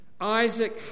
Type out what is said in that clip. Isaac